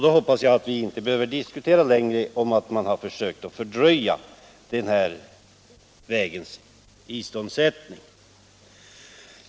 Då hoppas jag att vi inte längre behöver diskutera detta att man har försökt fördröja den här vägens iståndsättning.